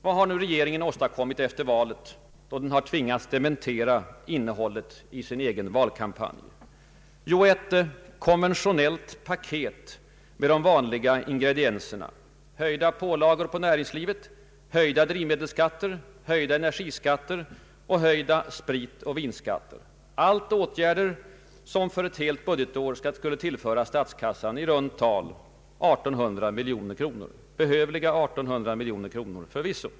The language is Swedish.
Vad har nu regeringen åstadkommit efter valet, då den har tvingats dementera innehållet i sin egen valkampanj? Jo, ett konventionellt paket med de vanliga ingredienserna — höjda pålagor på näringslivet, höjda drivmedelsskatter, höjda energiskatter och höjda spritoch vinskatter — allt åtgärder som för ett helt budgetår skulle tillföra statskassan i runt tal, förvisso behövliga, 1800 miljoner kronor.